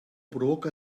provoca